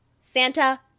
Santa